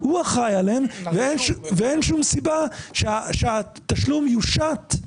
הוא אחראי עליהם, ואין שום סיבה שהתשלום יושת.